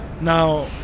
Now